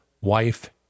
wife